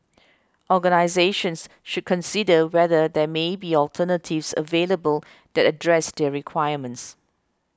organisations should consider whether there may be alternatives available that address their requirements